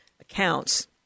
accounts